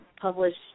published